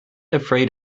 afraid